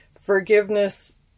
forgiveness